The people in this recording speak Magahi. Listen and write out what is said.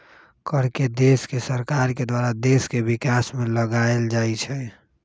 कर के देश के सरकार के द्वारा देश के विकास में लगाएल जाइ छइ